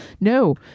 No